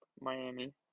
Miami